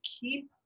keep